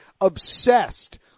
obsessed